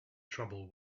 trouble